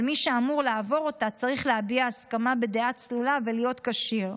אבל מי שאמור לעבור אותה צריך להביע הסכמה בדעה צלולה ולהיות כשיר.